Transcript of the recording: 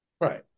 Right